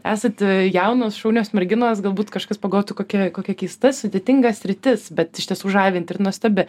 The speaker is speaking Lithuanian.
esat jaunos šaunios merginos galbūt kažkas pagalvotų kokia kokia keista sudėtinga sritis bet iš tiesų žavinti ir nuostabi